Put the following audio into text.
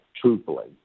truthfully